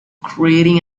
creating